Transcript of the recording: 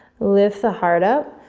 lift the heart up,